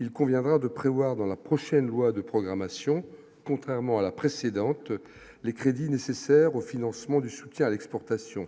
il conviendra de prévoir dans la prochaine loi de programmation, contrairement à la précédente, les crédits nécessaires au financement du soutien à l'exportation